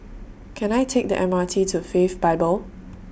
Can I Take The M R T to Faith Bible